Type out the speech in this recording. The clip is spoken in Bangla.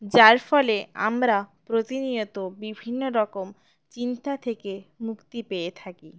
যার ফলে আমরা প্রতিনিয়ত বিভিন্ন রকম চিন্তা থেকে মুক্তি পেয়ে থাকি